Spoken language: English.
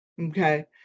Okay